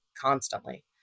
constantly